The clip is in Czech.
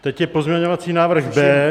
Teď je pozměňovací návrh B.